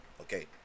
Okay